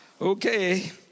Okay